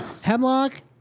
Hemlock